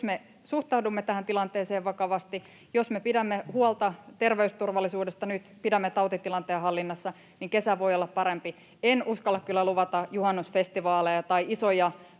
Jos me suhtaudumme tähän tilanteeseen vakavasti, jos me pidämme huolta terveysturvallisuudesta nyt, pidämme tautitilanteen hallinnassa, niin kesä voi olla parempi. En uskalla kyllä luvata juhannusfestivaaleja tai isoja